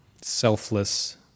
selfless